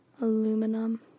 aluminum